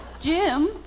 Jim